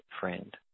friend